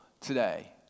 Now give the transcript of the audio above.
today